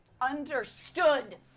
Understood